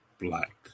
black